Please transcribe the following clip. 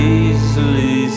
easily